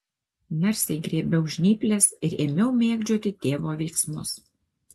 narsiai griebiau žnyples ir ėmiau mėgdžioti tėvo veiksmus